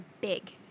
big